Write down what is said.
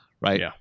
Right